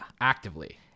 actively